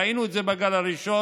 ראינו את זה בגל הראשון,